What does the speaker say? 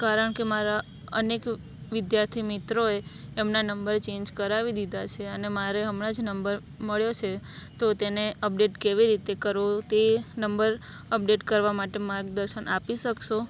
કારણ કે મારા અનેક વિદ્યાર્થી મિત્રોએ એમના નંબર ચેન્જ કરાવી દીધા છે અને મારે હમણાં જ નંબર મળ્યો છે તો તેને અપડેટ કેવી રીતે કરવો તે નંબર અપડેટ કરવા માટે માર્ગદર્શન આપી શકશો